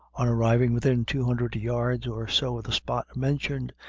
on arriving within two hundred yards or so of the spot mentioned,